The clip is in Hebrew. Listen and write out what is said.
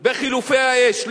בחילופי האש.